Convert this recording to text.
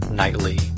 Nightly